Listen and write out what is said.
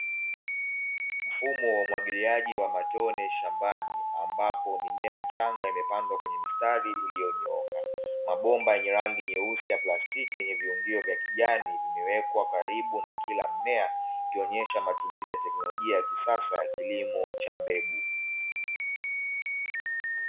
Mfumo wa umwagiliaji wa matone shambani ambapo mimea michanga imepandwa kwenye mistari iliyonyooka. Mabomba yenye rangi nyeusi ya plastiki yenye viungio vya kijani, vimewekwa karibu na kila mmea ikionyesha matumizi ya teknolojia ya kisasa ya kilimo cha mbegu.